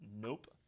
nope